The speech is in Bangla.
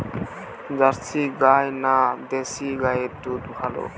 জার্সি গাই না দেশী গাইয়ের দুধ ভালো?